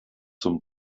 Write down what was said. zum